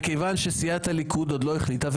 מכיוון שסיעת הליכוד עוד לא החליטה,